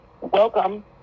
Welcome